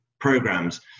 programs